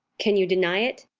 can you deny it?